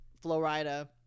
Florida